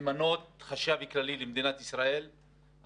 למנות חשב כללי למדינת ישראל,